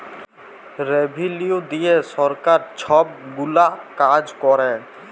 revenue দিঁয়ে সরকার ছব গুলা কাজ ক্যরে